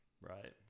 Right